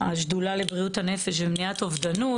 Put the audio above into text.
השדולה לבריאות הנפש ומניעת אובדנות,